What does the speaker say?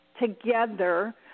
together